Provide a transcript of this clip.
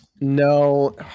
no